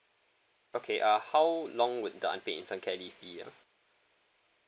okay uh how long would the unpaid infant care leave be ah